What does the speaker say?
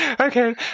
Okay